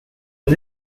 his